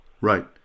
Right